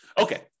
Okay